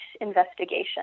investigation